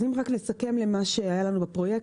אז אם רק לסכם את מה שהיה לנו בפרויקטים,